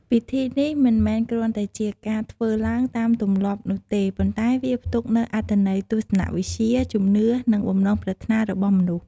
ពិធីនេះមិនមែនគ្រាន់តែជាការធ្វើឡើងតាមទម្លាប់នោះទេ ប៉ុន្តែវាផ្ទុកនូវអត្ថន័យទស្សនវិជ្ជា ជំនឿ និងបំណងប្រាថ្នារបស់មនុស្ស។